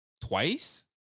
Twice